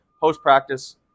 post-practice